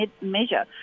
measure